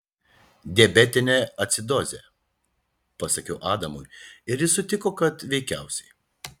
diabetinė acidozė pasakiau adamui ir jis sutiko kad veikiausiai